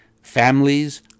Families